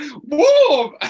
warm